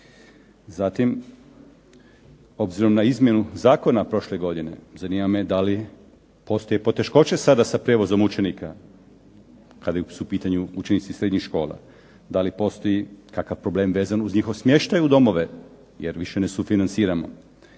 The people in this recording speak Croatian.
Zatim, obzirom na izmjenu zakona prošle godine zanima me da li postoje poteškoće sada sa prijevozom učenika kada su u pitanju učenici srednjih škola. Da li postoji kakav problem vezan uz njihov smještaj u domove jer više ne sufinanciramo.